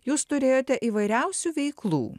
jūs turėjote įvairiausių veiklų